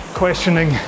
questioning